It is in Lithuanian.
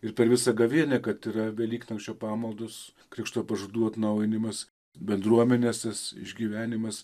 ir per visą gavėnią kad yra velyknakčio pamaldos krikšto pažadų atnaujinimas bendruomenės tas išgyvenimas